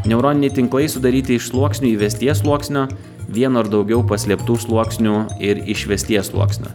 neuroniniai tinklai sudaryti iš sluoksnių įvesties sluoksnio vieno ar daugiau paslėptų sluoksnių ir išvesties sluoksnio